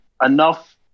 Enough